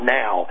now